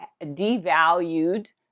devalued